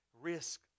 risk